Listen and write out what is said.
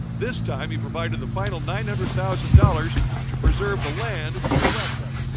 this time he provided the final nine hundred thousand dollars to preserve the land to the west of it.